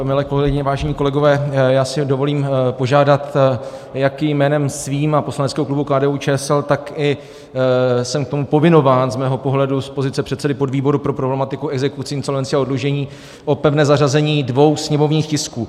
Milé kolegyně, vážení kolegové, dovolím si požádat jak jménem svým a poslaneckého klubu KDUČSL, tak jsem k tomu i povinován z mého pohledu z pozice předsedy podvýboru pro problematiku exekucí, insolvencí a oddlužení, o pevné zařazení dvou sněmovních tisků.